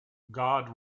god